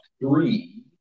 three